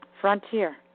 frontier